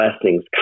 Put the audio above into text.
blessings